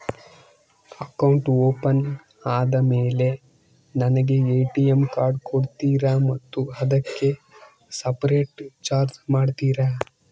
Account open ಆದಮೇಲೆ ನನಗೆ ATM card ಕೊಡ್ತೇರಾ ಮತ್ತು ಅದಕ್ಕೆ ಸಪರೇಟ್ ಚಾರ್ಜ್ ಮಾಡ್ತೇರಾ?